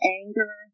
anger